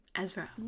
Ezra